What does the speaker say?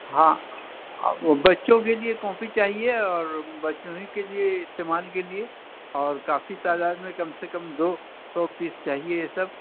ہاں وہ بچوں کے لیے کاپی چاہیے اور بچوں ہیں کے لیے استعمال کے لیے اور کافی تعداد میں کم سے کم دو سو پیس چاہیے یہ سب